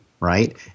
Right